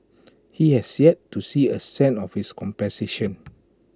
he has yet to see A cent of his compensation